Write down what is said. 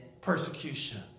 persecution